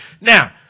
now